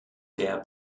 der